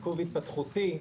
עיכוב התפתחותי,